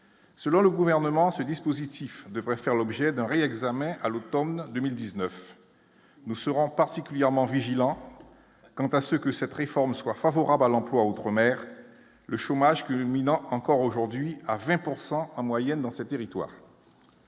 selon le gouvernement, ce dispositif devrait faire l'objet d'un réexamen à l'Automne 2019 nous serons particulièrement vigilants quant à ce que cette réforme soit favorable à l'emploi outre-mer le chômage culminant encore aujourd'hui à 20 pourcent en moyenne dans ces territoires.